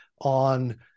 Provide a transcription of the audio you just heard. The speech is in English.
on